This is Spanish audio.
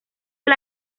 del